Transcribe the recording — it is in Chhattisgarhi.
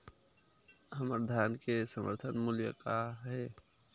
हमर धान के समर्थन मूल्य का हे?